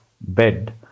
bed